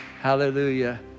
Hallelujah